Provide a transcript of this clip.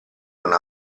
una